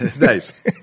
Nice